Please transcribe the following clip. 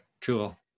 Cool